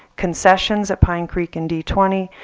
concessions at pine creek and d twenty,